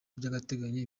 by’agateganyo